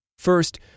First